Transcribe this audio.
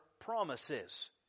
promises